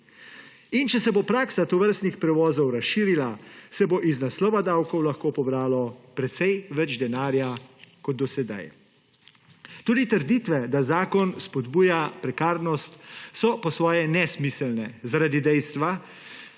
In če se bo praksa tovrstnih prevozov razširila, se bo iz naslova davkov lahko pobralo precej več denarja kot do sedaj. **59. TRAK (VI) 13.50** (Nadaljevanje) Tudi trditve, da zakon spodbuja prekarnost so po svoje nesmiselne zaradi dejstva,